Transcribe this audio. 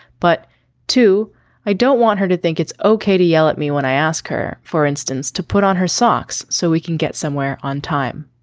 but to i don't want her to think it's okay to yell at me when i ask her for instance to put on her socks so we can get somewhere on time.